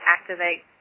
activate